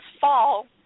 fall